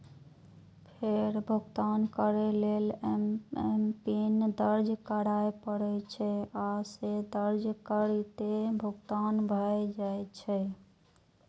फेर भुगतान करै लेल एमपिन दर्ज करय पड़ै छै, आ से दर्ज करिते भुगतान भए जाइ छै